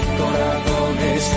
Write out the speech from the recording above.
corazones